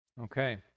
Okay